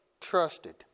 trusted